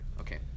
Okay